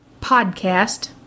Podcast